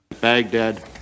Baghdad